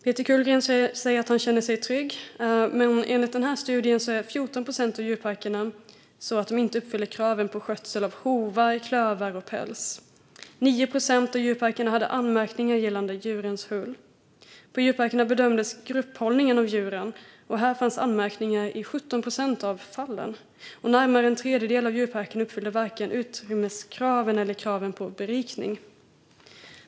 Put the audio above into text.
Peter Kullgren säger att han känner sig trygg, men enligt den här studien uppfyller 14 procent av djurparkerna inte kraven på skötsel av hovar, klövar och päls. 9 procent av djurparkerna hade anmärkningar gällande djurens hull. På djurparkerna bedömdes grupphållningen av djuren, och här fanns anmärkningar i 17 procent av fallen. Närmare en tredjedel av djurparkerna uppfyllde varken utrymmeskraven eller kraven på berikning.